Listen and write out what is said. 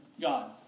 God